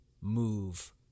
move